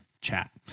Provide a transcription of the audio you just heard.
chat